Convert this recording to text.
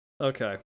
Okay